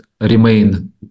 remain